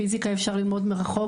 פיזיקה אי אפשר ללמוד מרחוק,